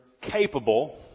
capable